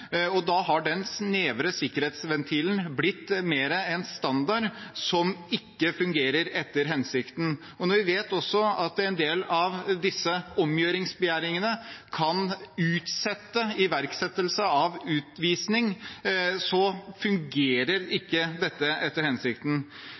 og da har den snevre sikkerhetsventilen blitt mer en standard som ikke fungerer etter hensikten. Når vi også vet at en del av disse omgjøringsbegjæringene kan utsette iverksettelse av utvisning, fungerer